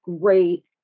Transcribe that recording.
great